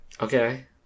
okay